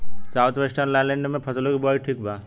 South western lowland में फसलों की बुवाई ठीक बा?